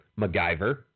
MacGyver